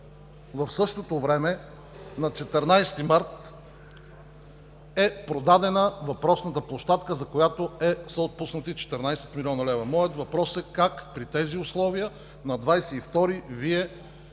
в същото време на 14 март е продадена въпросната площадка, за която са отпуснати 14 млн. лв. Моят въпрос е: как при тези условия на 22-ри Вие внесохте